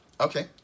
Okay